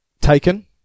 taken